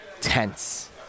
tense